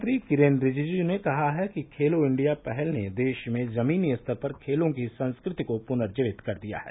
खेल मंत्री किरेन रिजिजू ने कहा है कि खेलो इंडिया पहल ने देश में जमीनी स्तर पर खेलों की संस्कृति को पुनर्जीवित कर दिया है